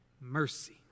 mercy